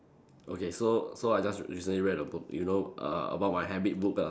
okay so so I just recently read a book you know err about my habit book ah